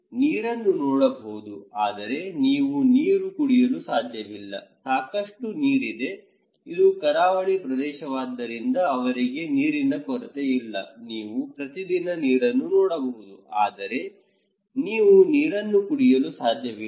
ನೀವು ನೀರನ್ನು ನೋಡಬಹುದು ಆದರೆ ನೀವು ನೀರು ಕುಡಿಯಲು ಸಾಧ್ಯವಿಲ್ಲ ಸಾಕಷ್ಟು ನೀರಿದೆ ಇದು ಕರಾವಳಿ ಪ್ರದೇಶವಾದ್ದರಿಂದ ಅವರಿಗೆ ನೀರಿನ ಕೊರತೆ ಇಲ್ಲ ನೀವು ಪ್ರತಿದಿನ ನೀರನ್ನು ನೋಡಬಹುದು ಆದರೆ ನೀವು ನೀರನ್ನು ಕುಡಿಯಲು ಸಾಧ್ಯವಿಲ್ಲ